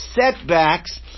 setbacks